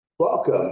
Welcome